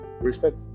respect